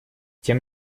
тем